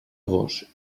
gos